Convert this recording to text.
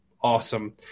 awesome